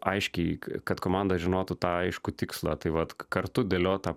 aiškiai kad komanda žinotų tą aiškų tikslą tai vat kartu dėliot tą